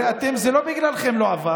הרי אתם, זה לא בגללכם לא עבר,